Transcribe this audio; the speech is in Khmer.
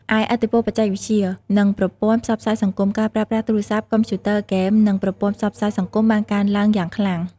ឯឥទ្ធិពលបច្ចេកវិទ្យា និងប្រព័ន្ធផ្សព្វផ្សាយសង្គម ការប្រើប្រាស់ទូរស័ព្ទ កុំព្យូទ័រ ហ្គេម និងប្រព័ន្ធផ្សព្វផ្សាយសង្គមបានកើនឡើងយ៉ាងខ្លាំង ។